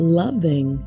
loving